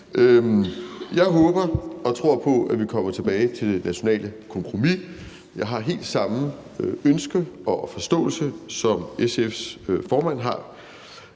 Jeg håber og tror på, at vi kommer tilbage til det nationale kompromis. Jeg har helt samme ønske og forståelse, som SF's formand har,